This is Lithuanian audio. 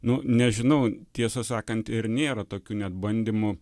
nu nežinau tiesą sakant ir nėra tokių net bandymų